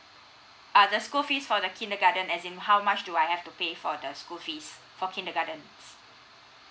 uh the school fees for the kindergarten as in how much do I have to pay for the school fees for kindergartens